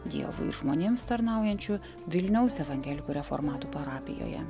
dievui ir žmonėms tarnaujančiu vilniaus evangelikų reformatų parapijoje